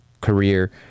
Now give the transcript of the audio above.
career